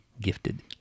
gifted